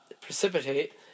precipitate